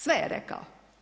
Sve je rekao.